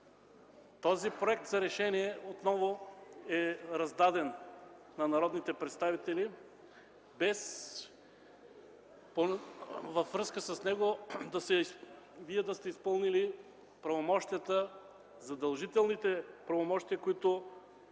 този проект за решение отново е раздаден на народните представители, без във връзка с него Вие да сте изпълнили задължителните правомощия, които